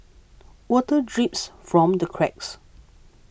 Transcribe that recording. water drips from the cracks